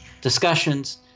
discussions